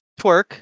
twerk